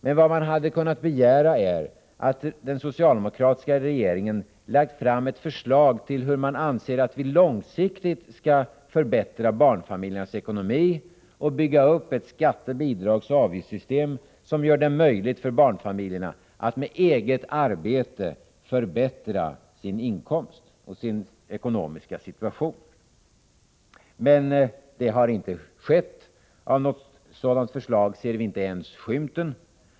Men vad man hade kunnat begära är att den socialdemokratiska regeringen lagt fram ett förslag till hur man anser att vi långsiktigt skall förbättra barnfamiljernas ekonomi och bygga upp ett skatte-, bidragsoch avgiftssystem, som gör det möjligt för barnfamiljerna att med eget arbete förbättra sin inkomst och sin ekonomiska situation. Men detta har inte skett. Något sådant förslag ser vi inte ens skymten av.